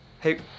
Hey